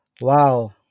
wow